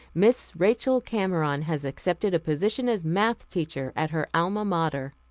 miss rachel cameron has accepted a position as math. teacher at her alma mater.